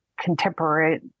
contemporary